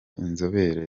inzobere